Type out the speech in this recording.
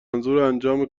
منظورانجام